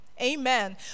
Amen